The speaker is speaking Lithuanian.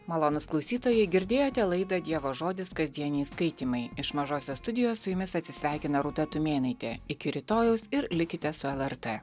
malonūs klausytojai girdėjote laidą dievo žodis kasdieniai skaitymai iš mažosios studijos su jumis atsisveikina rūta tumėnaitė iki rytojaus ir likite su lrt